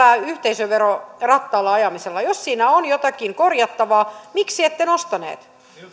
yhteisöverorattailla ajamisesta jos siinä on jotakin korjattavaa miksi ette nostaneet